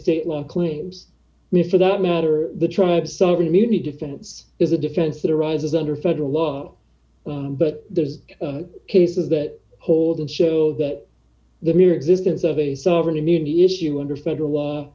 state law claims me for that matter the tribe sovereign immunity defense is a defense that arises under federal law but the cases that hold and show that the mere existence of a sovereign immunity issue under federal law